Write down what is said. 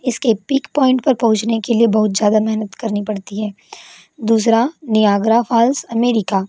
इसके peak point पर पहुँचने के लिए बहुत ज़्यादा मेहनत करनी पड़ती है दूसरा नियाग्रा फॉल्स अमेरिका